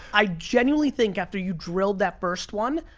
i genuinely think after you drilled that first one,